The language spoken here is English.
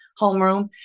homeroom